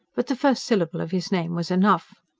but the first syllable of his name was enough.